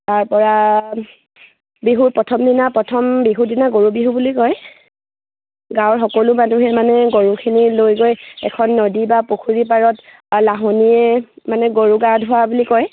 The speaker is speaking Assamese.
তাৰপৰা বিহুৰ প্ৰথম দিনা প্ৰথম বিহুৰ দিনা গৰু বিহু বুলি কয় গাঁৱৰ সকলো মানুহে মানে গৰুখিনি লৈ গৈ এখন নদী বা পুখুৰী পাৰত লাহনীৰে মানে গৰু গা ধোৱা বুলি কয়